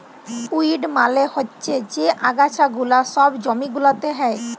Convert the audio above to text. weed মালে হচ্যে যে আগাছা গুলা সব জমি গুলাতে হ্যয়